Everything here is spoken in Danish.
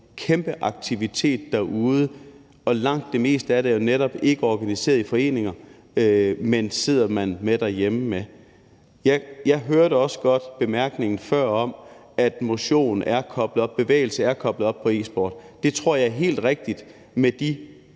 kæmpe aktivitet derude. Langt det meste af det er jo netop ikke organiseret i foreninger, men noget, man sidder med derhjemme. Jeg hørte også godt bemærkningen før om, at bevægelse er koblet op på e-sport. Det tror jeg er helt rigtigt i